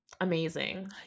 amazing